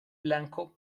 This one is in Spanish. blanco